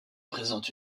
présente